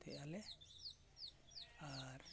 ᱛᱮᱜ ᱟᱞᱮ ᱟᱨ